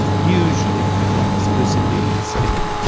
it's usually but not exclusively spinning.